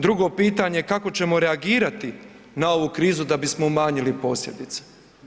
Drugo pitanje, kako ćemo reagirati na ovu krizu da bismo u manjili posljedice?